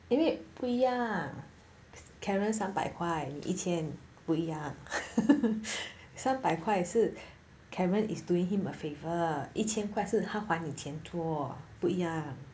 因为不一样 karen 三百块你一千不一样 三百块是 karen is doing him a favour 一千块是他还你钱做不一样